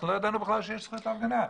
אנחנו לא ידענו בכלל שיש זכות להפגנה.